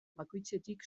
bakoitzetik